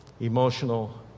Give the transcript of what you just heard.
emotional